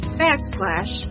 backslash